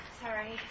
Sorry